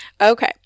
Okay